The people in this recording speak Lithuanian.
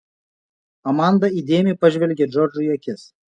amanda įdėmiai pažvelgė džordžui į akis